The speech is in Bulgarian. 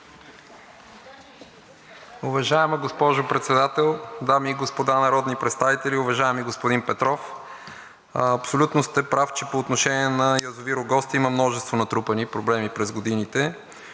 Уважаема госпожо Председател, дами и господа народни представители! Уважаеми господин Петров, абсолютно сте прав, че по отношение на язовир „Огоста“ има множество натрупани проблеми през годините.